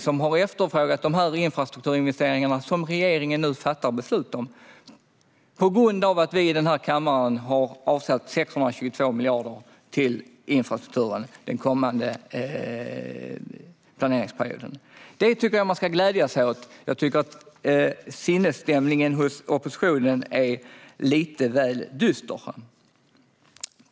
De har efterfrågat de infrastrukturinvesteringar som regeringen nu fattar beslut om på grund av att vi i den här kammaren har avsatt 622 miljarder till infrastrukturen den kommande planperioden. Det tycker jag att man ska glädjas åt. Sinnesstämningen hos oppositionen är lite väl dyster.